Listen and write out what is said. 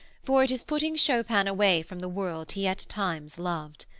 for it is putting chopin away from the world he at times loved.